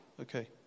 Okay